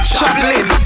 Chaplin